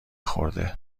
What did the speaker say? خورده